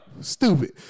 Stupid